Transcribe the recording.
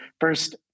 first